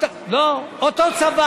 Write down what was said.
ניצחו,